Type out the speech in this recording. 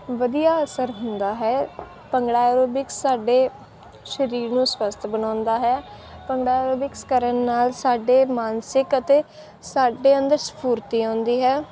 ਵਧੀਆ ਅਸਰ ਹੁੰਦਾ ਹੈ ਭੰਗੜਾ ਐਰੋਬਿਕਸ ਸਾਡੇ ਸਰੀਰ ਨੂੰ ਸਵੱਸਥ ਬਣਾਉਂਦਾ ਹੈ ਭੰਗੜਾ ਐਰੋਬਿਕਸ ਕਰਨ ਨਾਲ ਸਾਡੇ ਮਾਨਸਿਕ ਅਤੇ ਸਾਡੇ ਅੰਦਰ ਸਫੂਰਤੀ ਆਉਂਦੀ ਹੈ